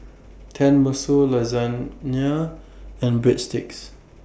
Tenmusu Lasagna and Breadsticks